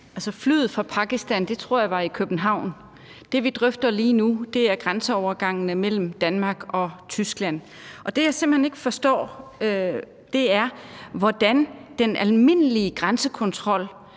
flyet fra Pakistan tror jeg var i København. Det, vi drøfter lige nu, er grænseovergangene mellem Danmark og Tyskland. Og det, som jeg simpelt hen ikke forstår, er, hvordan den almindelige grænsekontrol